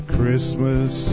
Christmas